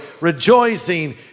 rejoicing